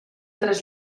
tres